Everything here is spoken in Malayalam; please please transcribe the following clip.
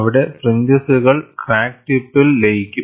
അവിടെ ഫ്രിഞ്ചസുകൾ ക്രാക്ക് ടിപ്പിൽ ലയിക്കും